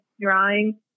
drawing